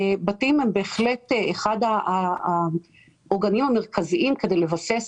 בתים הם בהחלט אחד העוגנים המרכזיים כדי לבסס